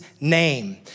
name